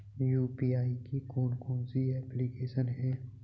UPI की कौन कौन सी एप्लिकेशन हैं?